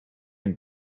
and